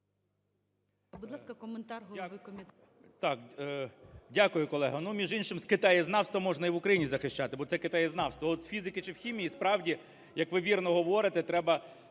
Будь ласка, коментар